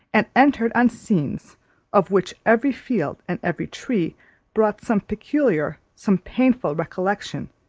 and entered on scenes of which every field and every tree brought some peculiar, some painful recollection,